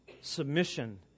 submission